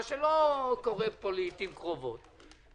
מה שלא קורה פה לעיתים קרובות.